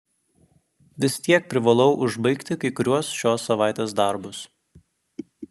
vis tiek privalau užbaigti kai kuriuos šios savaitės darbus